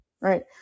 right